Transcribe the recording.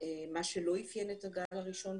מה שלא אפיין את הגל הראשון.